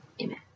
Amen